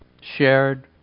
shared